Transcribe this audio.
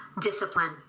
Discipline